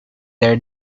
their